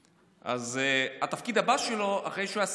אז התפקיד הבא שלו, אחרי שהוא היה שר ללא תיק, היה